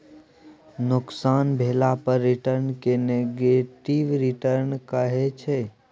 नोकसान भेला पर रिटर्न केँ नेगेटिव रिटर्न कहै छै